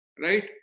right